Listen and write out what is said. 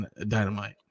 Dynamite